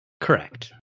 Correct